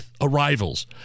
arrivals